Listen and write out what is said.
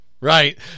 Right